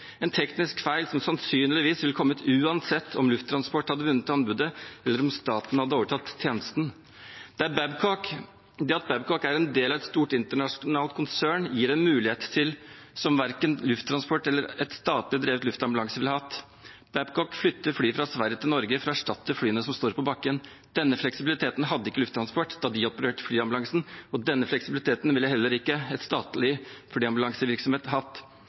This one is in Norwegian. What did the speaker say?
en teknisk feil som sannsynligvis ville kommet uansett om Lufttransport hadde vunnet anbudet, eller om staten hadde overtatt tjenesten. Det at Babcock er en del av et stort internasjonalt konsern, gir en mulighet som verken Lufttransport eller en statlig drevet luftambulanse ville hatt: Babcock flytter fly fra Sverige til Norge for å erstatte flyene som står på bakken. Denne fleksibiliteten hadde ikke Lufttransport da de opererte flyambulansen, og denne fleksibiliteten ville heller ikke en statlig flyambulansevirksomhet hatt.